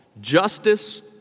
justice